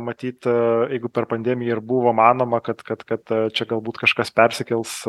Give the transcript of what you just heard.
matyt a jeigu per pandemiją ir buvo manoma kad kad kad čia galbūt kažkas persikels